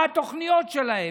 מה התוכניות שלהם,